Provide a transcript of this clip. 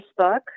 Facebook